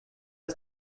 are